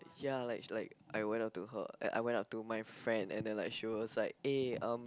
ya like like I went up to her eh I went up to my friend and then she was like eh um